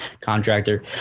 contractor